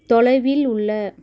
தொலைவில் உள்ள